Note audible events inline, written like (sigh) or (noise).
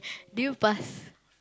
(breath) did you pass